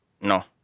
No